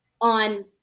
on